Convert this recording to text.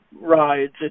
rides